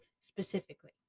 specifically